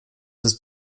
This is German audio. ist